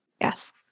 Yes